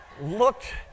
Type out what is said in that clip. looked